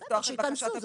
לפתוח את בקשת הביצוע.